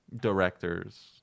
directors